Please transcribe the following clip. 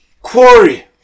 Quarry